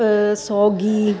ਸੋਗੀ